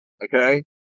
Okay